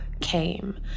came